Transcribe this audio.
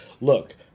Look